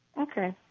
Okay